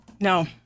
No